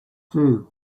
two